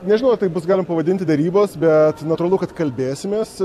nežinau tai bus galima pavadinti derybos bet na atrodo kad kalbėsimės